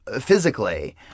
physically